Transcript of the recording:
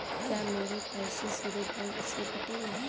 क्या मेरे पैसे सीधे बैंक से कटेंगे?